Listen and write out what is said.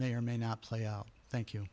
may or may not play out thank you